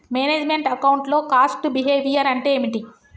Manage meant account లో cost behaviour అంటే ఏమిటి?